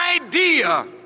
idea